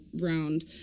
round